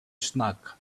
snack